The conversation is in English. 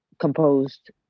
composed